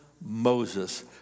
Moses